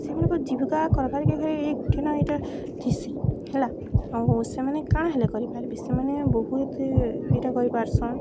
ସେମାନଙ୍କ ଜୀବିକା କର୍ବାର୍କେ ଘରେ ଇ କଠିିନ ଇଟା ଥିସି ହେଲା ଆଉ ସେମାନେ କାଣା ହେଲେ କରିପାର୍ବେ ସେମାନେ ବହୁତ୍ ଇଟା କରିପାର୍ସନ୍